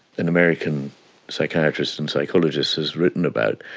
an american psychiatrist and psychologist has written about,